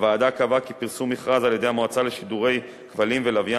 הוועדה קבעה כי פרסום מכרז על-ידי המועצה לשידורי כבלים ולוויין